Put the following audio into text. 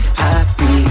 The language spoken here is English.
happy